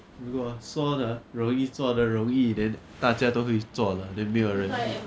如果说得容易做得容易 then 大家都会做了 then 没有人